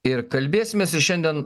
ir kalbėsimės ir šiandien